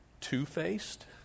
two-faced